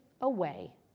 away